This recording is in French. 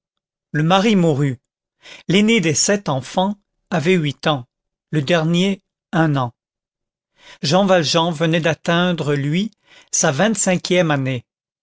le mari mourut l'aîné des sept enfants avait huit ans le dernier un an jean valjean venait d'atteindre lui sa vingt-cinquième année